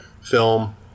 film